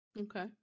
okay